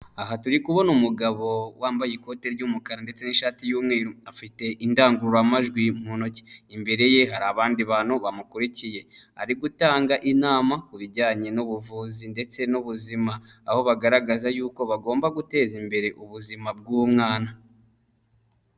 Aha turi kubona umugabo wambaye ikote ry'umukara ndetse n'ishati y'umweru afite indangururamajwi mu ntoki, imbere ye hari abandi bantu bamukurikiye ari gutanga inama ku bijyanye n'ubuvuzi ndetse n'ubuzima, aho bagaragaza y'uko bagomba guteza imbere ubuzima bw'umwana.